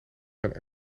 zijn